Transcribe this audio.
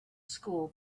school